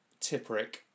Tipperick